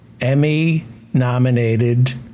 Emmy-nominated